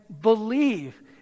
believe